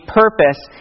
purpose